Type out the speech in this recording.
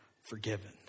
forgiven